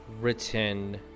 written